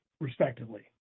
respectively